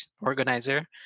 organizer